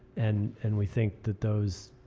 and and we think that those